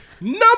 Number